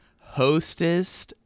Hostess